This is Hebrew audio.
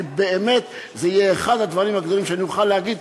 כי באמת זה יהיה אחד הדברים הגדולים שאני אוכל להגיד,